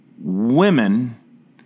Women